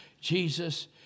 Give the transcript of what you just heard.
Jesus